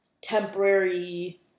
temporary